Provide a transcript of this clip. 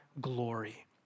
glory